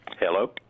Hello